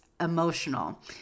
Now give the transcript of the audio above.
emotional